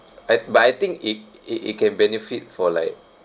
but but I think it it it can benefit for like